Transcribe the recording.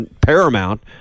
paramount